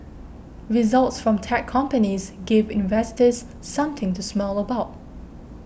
results from tech companies gave investors something to smile about